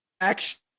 action